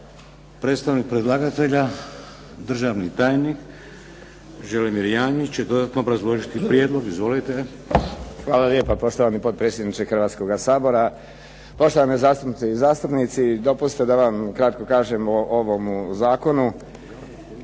Predstavnik predlagatelja, državni tajnik Želimir Janjić će dodatno obrazložiti prijedlog. Izvolite. **Janjić, Želimir (HSLS)** Hvala lijepa, poštovani potpredsjedniče Hrvatskoga sabora. Poštovane zastupnice i zastupnici. Dopustite da vam kratko kažem o ovomu zakonu